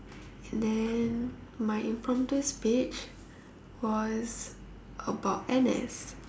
and then my impromptu speech was about N_S